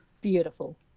Beautiful